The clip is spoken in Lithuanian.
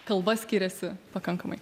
kalba skiriasi pakankamai